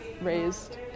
raised